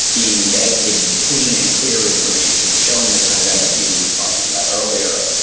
being dedicated to clean and clear information, showing the kind of empathy we were talking about earlier.